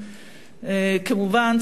כמובן,